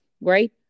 right